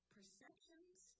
Perceptions